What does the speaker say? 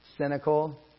Cynical